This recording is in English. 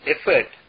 effort